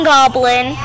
Goblin